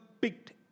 picked